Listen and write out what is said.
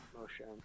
motion